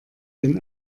den